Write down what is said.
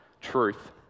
truth